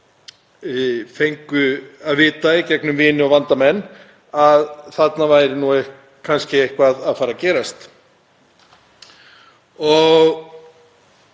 sem fengu að vita í gegnum vini og vandamenn að þarna væri nú kannski eitthvað að fara að gerast.